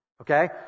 Okay